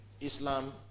Islam